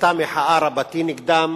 היתה מחאה רבתי נגדם,